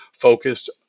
focused